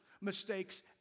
mistakes